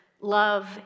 Love